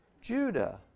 Judah